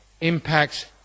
impacts